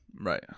Right